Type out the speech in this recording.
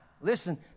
listen